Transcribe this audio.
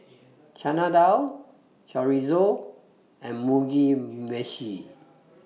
Chana Dal Chorizo and Mugi Meshi